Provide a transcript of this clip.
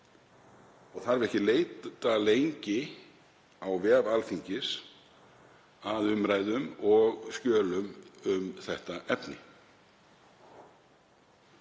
Það þarf ekki að leita lengi á vef Alþingis að umræðum og skjölum um það efni.